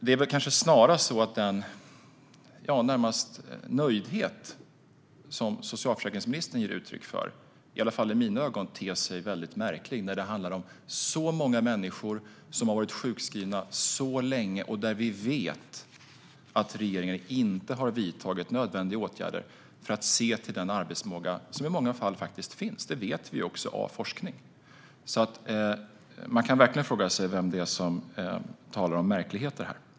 Det är kanske snarare den närmast nöjdhet som socialförsäkringsministern ger uttryck för, i alla fall i mina ögon, som ter sig märklig när det handlar om så många människor som har varit sjukskrivna så länge och vi vet att regeringen inte har vidtagit nödvändiga åtgärder för att se till den arbetsförmåga som i många fall finns. Det vet vi också av forskning. Man kan alltså verkligen fråga sig vem det är som ska tala om märkligheter här.